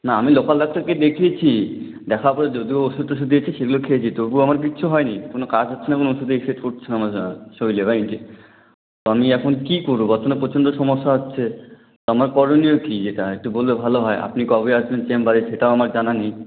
না আমি লোকাল ডাক্তারকে দেখিয়েছি দেখার পরে যদিও ওষুধ টষুধ দিয়েছে সেগুলো খেয়েছি তবু আমার কিচ্ছু হয় নি কোনো কাজ হচ্ছে না কোনো ওষুধে এফেক্ট করছে না মনে হয় শরীরে রা ইয়েতে তো আমি এখন কী করব বর্তমানে প্রচন্ড সমস্যা হচ্ছে আমার করণীয় কী এটা একটু বললে ভালো হয় আপনি কবে আসবেন চেম্বারে সেটাও আমার জানা নেই